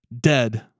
dead